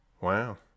Wow